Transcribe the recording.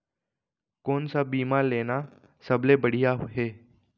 कोन स बीमा लेना सबले बढ़िया हे?